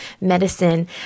medicine